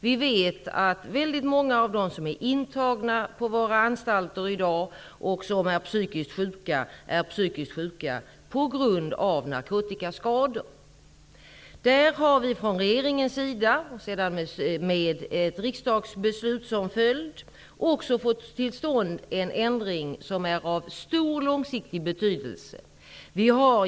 Vi vet att väldigt många av de intagna på våra anstalter i dag är psykiskt sjuka på grund av narkotikaskador. Där har vi från regeringens sida, med ett riksdagsbeslut som följd, fått till stånd en ändring som är av stor långsiktig betydelse.